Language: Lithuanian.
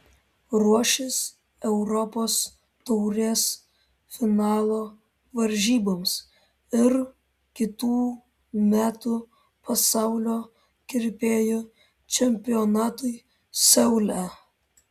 ruošis europos taurės finalo varžyboms ir kitų metų pasaulio kirpėjų čempionatui seule